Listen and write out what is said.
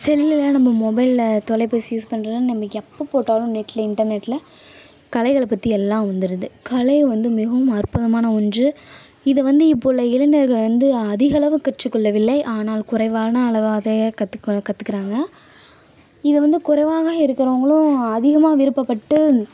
செல்லில் நம்ம மொபைலில் தொலைபேசி யூஸ் பண்றோமில நம்ம எப்போ போட்டாலும் நெட்டில் இன்டர்நெட்டில் கலைகளை பற்றி எல்லாம் வந்துடுது கலையை வந்து மிகவும் அற்புதமான ஒன்று இதை வந்து இப்போது உள்ள இளைஞர்களும் வந்து அதிக அளவு கற்றுக்கொள்ளவில்லை ஆனால் குறைவான அளவாக அதை கற்றுக்கொள்ள கற்றுக்கறாங்க இதை வந்து குறைவாக இருக்கறவங்களும் அதிகமாக விருப்பப்பட்டு